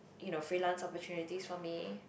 you know freelance opportunities for me